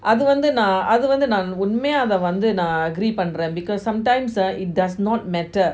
அதுவந்து நான் அதுவந்து நான் உண்மையா அத வந்து நான்:athuvanthu naan athuvanthu naan unmaya atha vanthu naan agree பண்றன்:panran because sometimes ah it does not matter